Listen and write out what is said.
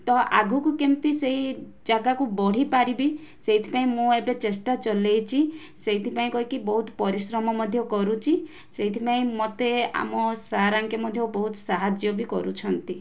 ତ ଆଗକୁ କେମିତି ସେଇ ଜାଗାକୁ ବଢିପାରିବି ସେଇଥିପାଇଁ ମୁଁ ଏବେ ଚେଷ୍ଟା ଚଲେଇଛି ସେଇଥିପାଇଁ କହିକି ବହୁତ ପରିଶ୍ରମ ମଧ୍ୟ କରୁଛି ସେଇଥିପାଇଁ ମୋତେ ଆମ ସାର୍ ଆଙ୍କେ ମଧ୍ୟ ବହୁତ ସାହାଯ୍ୟ ବି କରୁଛନ୍ତି